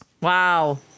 Wow